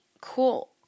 cool